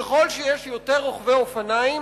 ככל שיש יותר רוכבי אופניים,